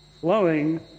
flowing